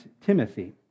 Timothy